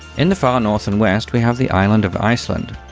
in the far north and west, we have the island of iceland,